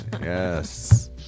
Yes